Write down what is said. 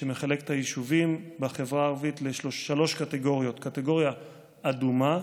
שמחלק את היישובים בחברה הערבית לשלוש קטגוריות: קטגוריה אדומה,